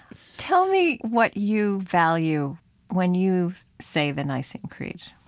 tell me what you value when you say the nicene creed?